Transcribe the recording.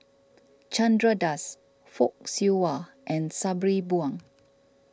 Chandra Das Fock Siew Wah and Sabri Buang